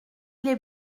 les